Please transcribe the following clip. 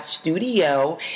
studio